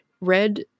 red